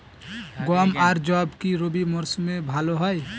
গম আর যব কি রবি মরশুমে ভালো হয়?